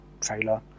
trailer